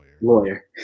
Lawyer